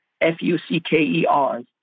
F-U-C-K-E-Rs